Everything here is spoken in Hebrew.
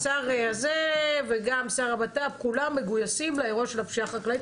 השר הזה וגם שר הבט"פ כולם מגויסים לאירוע של הפשיעה החקלאית,